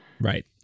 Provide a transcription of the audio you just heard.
Right